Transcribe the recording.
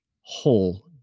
whole